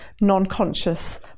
non-conscious